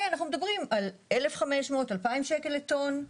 אנחנו מדברים על 1,500 2,000 שקל לטון.